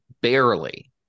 barely